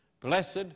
Blessed